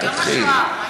אל תתחיל.